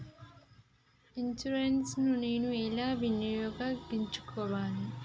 Insurance ని నేను ఎలా వినియోగించుకోవాలి?